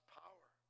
power